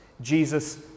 Jesus